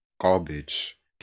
garbage